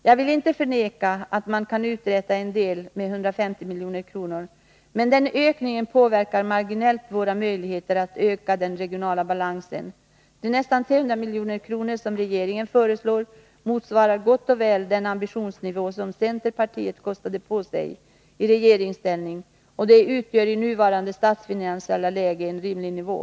Jag vill inte förneka att man kan uträtta en del med 150 milj.kr., men ett sådant tillskott påverkar bara marginellt våra möjligheter att öka den regionala balansen. De nästan 300 milj.kr. som regeringen föreslår motsvarar gott och väl den ambitionsnivå som centerpartiet kostade på sig i regeringsställning, och de utgör i nuvarande statsfinansiella läge en rimlig nivå.